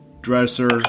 dresser